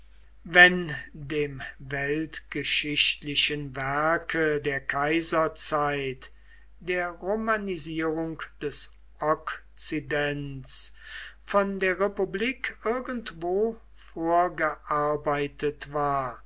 wenn dem weltgeschichtlichen werke der kaiserzeit der romanisierung des okzidents von der republik irgendwo vorgearbeitet war